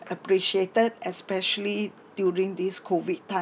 appreciated especially during this COVID time